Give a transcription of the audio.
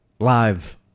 Live